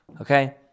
okay